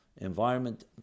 environment